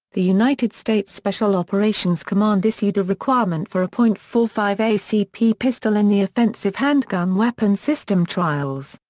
the united states special operations command issued a requirement for a point four five acp pistol in the offensive handgun weapon system trials.